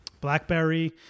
Blackberry